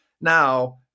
Now